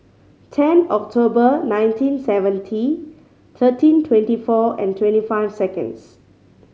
ten October nineteen seventy thirteen twenty four and twenty five seconds